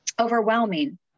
overwhelming